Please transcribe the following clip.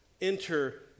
enter